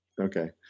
Okay